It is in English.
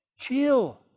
chill